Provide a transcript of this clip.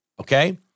okay